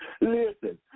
Listen